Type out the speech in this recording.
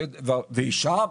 היא שם,